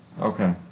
Okay